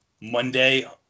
Monday